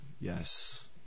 yes